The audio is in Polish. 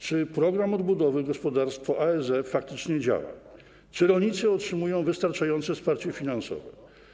Czy program odbudowy gospodarstwa po ASF faktycznie działa i czy rolnicy otrzymują wystarczające wsparcie finansowe?